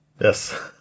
Yes